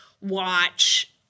watch